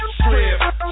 strip